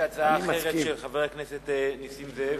יש הצעה אחרת, של חבר הכנסת נסים זאב.